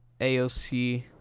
AOC